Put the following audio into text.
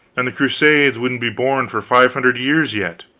and the crusades wouldn't be born for five hundred years yet?